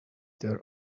their